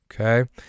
Okay